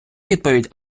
відповідь